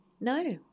no